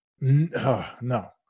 no